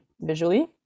visually